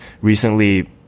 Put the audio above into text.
recently